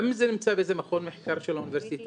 גם אם זה נמצא באיזה מכון מחקר של האוניברסיטאות,